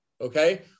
Okay